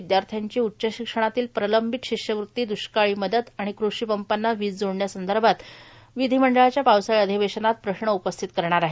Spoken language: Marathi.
विद्याश्र्यांची उच्च शिक्षणातील प्रलंबित शिष्यवृत्ती द्ष्काळी मदत आणि कृषिपंपांना वीजजोडण्या देण्यासंदर्भात विधिमंडळाच्या पावसाळी अधिवेशनात प्रश्न उपस्थित करणार आहेत